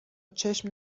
چشم